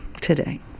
today